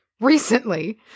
Recently